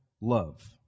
love